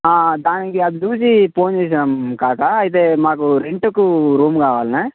దానికి అది చూసి ఫోన్ చేసినాం కాకా అయితే మాకు రెంట్కు రూమ్ కావాల్నే